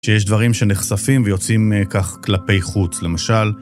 כי יש דברים שנחשפים ויוצאים כך כלפי חוץ, למשל.